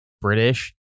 british